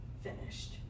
finished